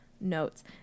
notes